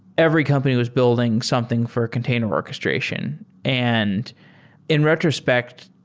every company was building something for container orchestration. and in retrospect,